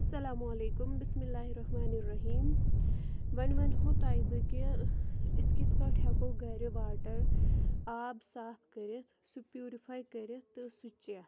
اَلسَلامُ علیکُم بِسمِ اللہ الرحمِٰ الرحیٖم وۅنۍ وَنہو تۄہہِ بہٕ کہِ أسۍ کِتھٕ پٲٹھۍ ہٮ۪کو گَرِ واٹَر آب صاف کٔرِتھ سُہ پیٛوٗرِفاے کٔرِتھ تہٕ سُہ چٮ۪تھ